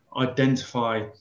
identify